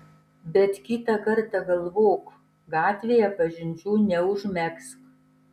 bet kitą kartą galvok gatvėje pažinčių neužmegzk